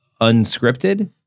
unscripted